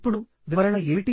ఇప్పుడు వివరణ ఏమిటి